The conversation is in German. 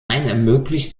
ermöglicht